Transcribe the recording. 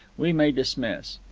we may dismiss.